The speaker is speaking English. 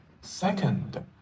Second